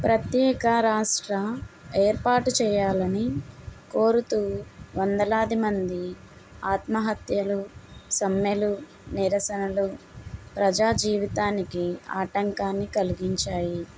ప్రత్యేక రాష్ట్ర ఏర్పాటు చేయాలని కోరుతూ వందలాది మంది ఆత్మహత్యలు సమ్మెలు నిరసనలు ప్రజా జీవితానికి ఆటంకాన్ని కలిగించాయి